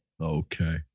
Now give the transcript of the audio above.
Okay